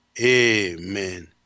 Amen